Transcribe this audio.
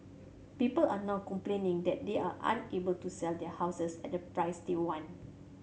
people are now complaining that they are unable to sell their houses at the price they want